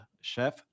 chef